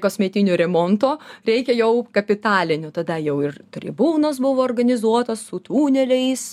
kosmetinio remonto reikia jau kapitalinių tada jau iš tribūnos buvo organizuotos su tuneliais